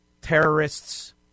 terrorists